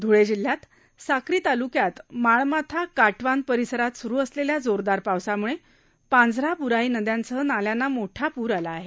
धुळे जिल्ह्यात साक्री तालुक्यात माळमाथा काटवान परिसरात सुरु असलेल्या जोरदार पावसामुळे पांझरा ब्राई नद्यांसह नाल्यांना मोठे पूर आले आहेत